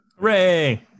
Hooray